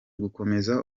gukomeza